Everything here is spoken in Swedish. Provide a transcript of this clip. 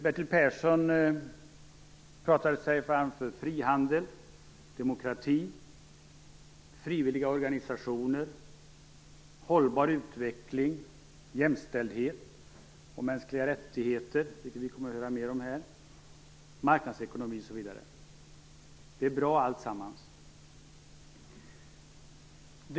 Bertil Persson talade sig varm för frihandel, demokrati, frivilliga organisationer, hållbar utveckling, jämställdhet, mänskliga rättigheter - vilket vi kommer att få höra mer om - marknadsekonomi osv. Det är bra alltsammans.